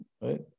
right